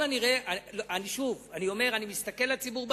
אני מסתכל לציבור בעיניים,